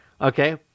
Okay